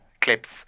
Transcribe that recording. clips